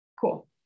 Cool